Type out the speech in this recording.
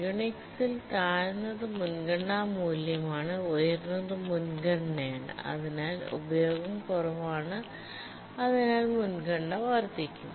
യുണിക്സിൽ താഴ്ന്നത് മുൻഗണനാ മൂല്യമാണ് ഉയർന്നത് മുൻഗണനയാണ് അതിനാൽ ഉപയോഗം കുറവാണ് അതിനാൽ മുൻഗണന വർദ്ധിക്കുന്നു